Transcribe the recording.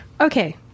okay